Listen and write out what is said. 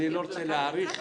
אני לא רוצה להעריך את